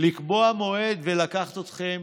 לקבוע מועד ולקחת אתכם